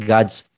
God's